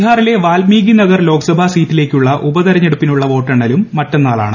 ബീഹാറിലെ വാൽമീകി നഗർ ലോക്സഭാ സീറ്റിലേക്കുള്ള ഉപതെരഞ്ഞെടുപ്പിനുള്ള വോട്ടെണ്ണലും മറ്റന്നാളാണ്